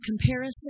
comparison